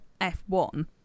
F1